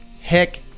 heck